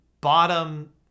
bottom